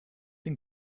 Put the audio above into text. den